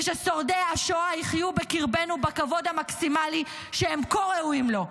וששורדי השואה יחיו בקרבנו בכבוד המקסימלי שהם כה ראויים לו,